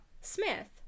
smith